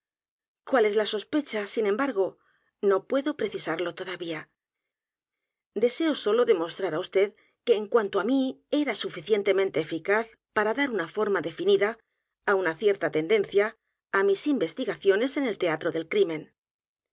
cuál es la sospecha sin embargo no puedo precisarlo todavía í deseo sólo demostrar á vd que en cuanto á mí era suficientemente eficaz para dar una forma definida una cierta tendencia á mis investigaciones en el teatro del crimen